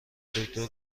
دکتر